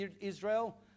Israel